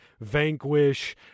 Vanquish